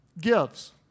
gives